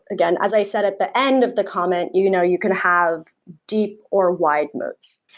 again, as i said at the end of the comment, you know you can have deep or wide moats.